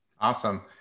Awesome